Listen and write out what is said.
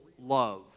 love